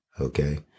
Okay